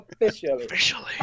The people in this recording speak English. Officially